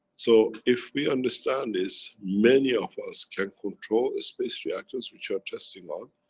so if we understand this, many of us can control space reactors which are testing on.